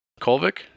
Kolvik